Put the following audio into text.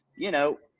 you know,